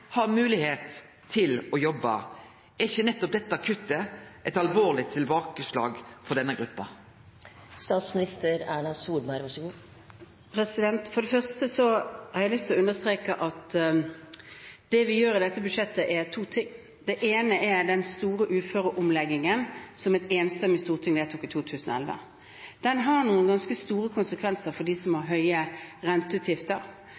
til å jobbe. Er ikkje nettopp dette kuttet eit alvorleg tilbakeslag for denne gruppa? Jeg har lyst til å understreke at det vi gjør i dette budsjettet, er to ting. For det første: Når det gjelder den store uføreomleggingen som et enstemmig storting vedtok i 2011, så har den noen ganske store konsekvenser for dem som har høye renteutgifter,